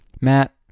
Matt